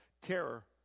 terror